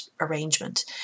arrangement